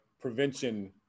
prevention